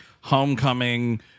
homecoming